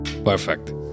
Perfect